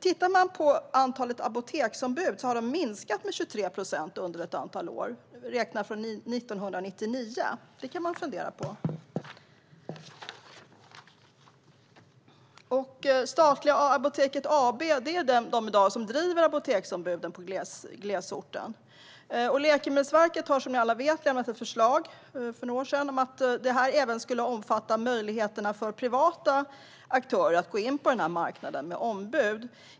Tittar man på antalet apoteksombud ser man att det nämligen har minskat med 23 procent sedan 1999. Det kan man fundera på. Det är statliga Apoteket AB som i dag driver apoteksombuden i glesbygd. Läkemedelsverket har som ni alla vet för några år sedan lämnat ett förslag om att det även skulle finnas möjlighet för privata aktörer att gå in på marknaden för ombud.